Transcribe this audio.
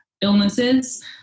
illnesses